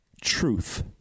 truth